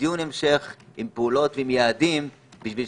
ואני חושבת